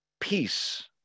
peace